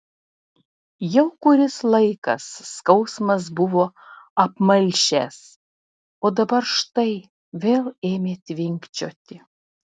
jau kuris laikas skausmas buvo apmalšęs o dabar štai vėl ėmė tvinkčioti